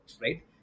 right